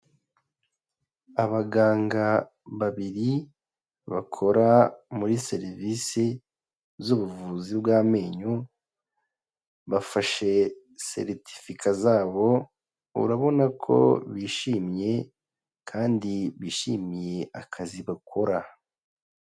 Abaganga babiri bakora muri serivisi z'ubuvuzi bw' amenyo bafashe seritifika zabo. Urabona ko bishimye kandi bishimiye akazi bakora.